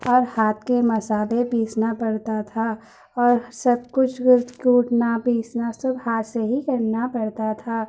اور ہاتھ کے مصالحہ پیسنا پڑتا تھا اور سب کچھ کوٹنا پیسنا سب ہاتھ سے ہی کرنا پڑتا تھا